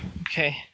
Okay